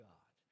God